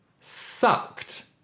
sucked